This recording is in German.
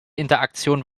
interaktion